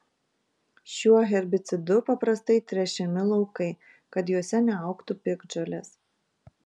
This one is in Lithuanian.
šiuo herbicidu paprastai tręšiami laukai kad juose neaugtų piktžolės